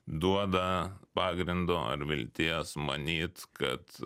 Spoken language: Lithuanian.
duoda pagrindo ar vilties manyt kad